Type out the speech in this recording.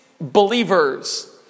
believers